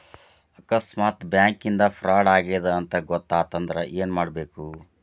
ಆಕಸ್ಮಾತ್ ಬ್ಯಾಂಕಿಂದಾ ಫ್ರಾಡ್ ಆಗೇದ್ ಅಂತ್ ಗೊತಾತಂದ್ರ ಏನ್ಮಾಡ್ಬೇಕು?